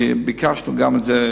וביקשנו גם את זה,